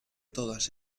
todas